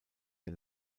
der